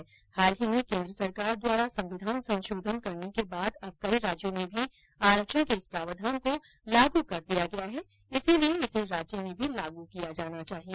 तथा हाल में केंद्र सरकार द्वारा संविधान संयोधन करने के बाद अब कई राज्यों में भी आरक्षण के इस प्रावधान को लागू कर दिया गया है अतः इसे राज्य में भी लागू किया जाना चाहिए